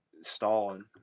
stalling